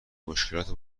مشکلات